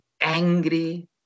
angry